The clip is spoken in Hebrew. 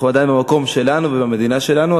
אנחנו במקום שלנו ובמדינה שלנו.